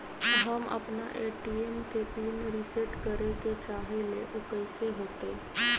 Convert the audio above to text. हम अपना ए.टी.एम के पिन रिसेट करे के चाहईले उ कईसे होतई?